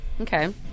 okay